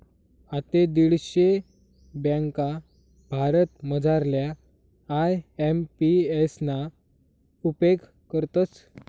आते दीडशे ब्यांका भारतमझारल्या आय.एम.पी.एस ना उपेग करतस